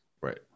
Right